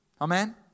Amen